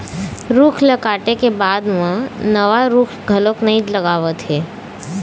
रूख ल काटे के बाद म नवा रूख घलोक नइ लगावत हे